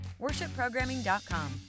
worshipprogramming.com